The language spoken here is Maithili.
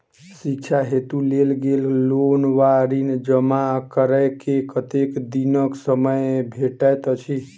शिक्षा हेतु लेल गेल लोन वा ऋण जमा करै केँ कतेक दिनक समय भेटैत अछि?